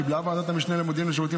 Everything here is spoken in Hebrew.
קיבלה ועדת המשנה למודיעין ולשירותים